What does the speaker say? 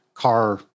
car